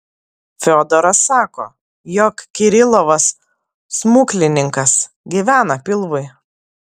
fiodoras sako jog kirilovas smuklininkas gyvena pilvui